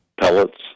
pellets